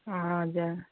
हजुर